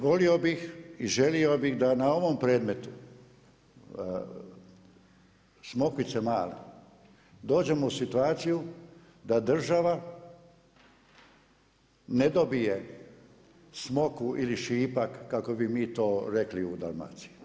Volio bih i želio bih da na ovom predmetu Smokvice Male dođemo u situaciju da država ne dobije smokvu ili šipak kako bi mi to rekli u Dalmaciji.